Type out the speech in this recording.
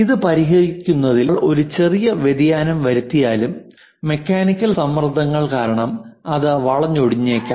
ഇത് പരിഹരിക്കുന്നതിൽ നമ്മൾ ഒരു ചെറിയ വ്യതിയാനം വരുത്തിയാലും മെക്കാനിക്കൽ സമ്മർദ്ദങ്ങൾ കാരണം അത് വളഞ്ഞൊടിഞ്ഞേക്കാം